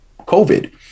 COVID